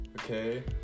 Okay